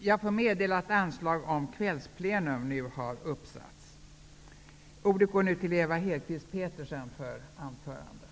Jag får meddela att anslag nu har satts upp om att detta sammanträde skall fortsätta efter kl. 19.00.